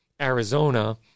Arizona